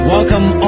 Welcome